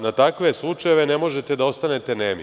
Na takve slučajeve ne možete da ostanete nemi.